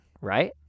right